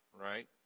right